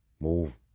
Move